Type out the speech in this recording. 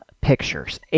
pictures